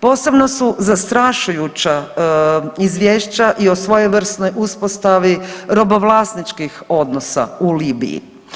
Posebno su zastrašujuća izvješća i o svojevrsnoj uspostavi robovlasničkih odnosa u Libiji.